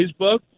Facebook